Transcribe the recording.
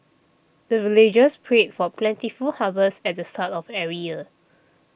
the villagers pray for plentiful harvest at the start of every year